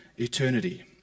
eternity